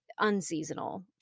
unseasonal